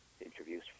interviews